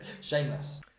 Shameless